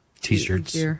T-shirts